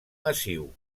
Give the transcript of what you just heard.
massiu